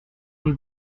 les